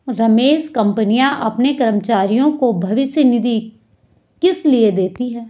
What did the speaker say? रमेश कंपनियां अपने कर्मचारियों को भविष्य निधि किसलिए देती हैं?